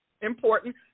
important